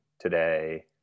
today